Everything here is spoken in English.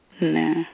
Nah